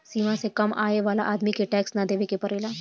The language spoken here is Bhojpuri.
सीमा से कम आय वाला आदमी के टैक्स ना देवेके पड़ेला